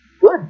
good